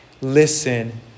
Listen